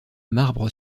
marbre